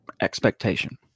expectation